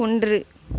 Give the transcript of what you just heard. ஒன்று